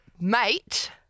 mate